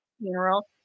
funeral